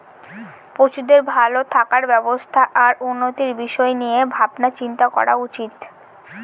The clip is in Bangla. পশুদের ভালো থাকার ব্যবস্থা আর উন্নতির বিষয় নিয়ে ভাবনা চিন্তা করা উচিত